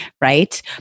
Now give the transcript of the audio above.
right